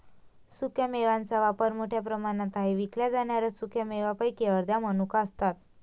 सुक्या मेव्यांचा वापर मोठ्या प्रमाणावर आहे विकल्या जाणाऱ्या सुका मेव्यांपैकी अर्ध्या मनुका असतात